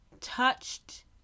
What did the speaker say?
touched